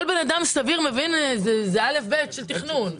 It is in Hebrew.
כל בן אדם סביר מבין וזה א'-ב' של תכנון.